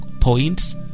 points